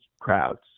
crowds